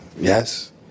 yes